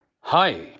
Hi